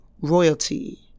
royalty